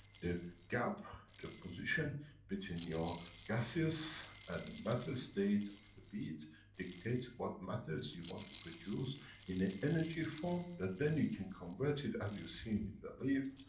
the gap, the position between your gaseous and the matter-state of the beads dictates what matters you want to produce in a energy form, that then, you can convert it, as you seen in the leaf,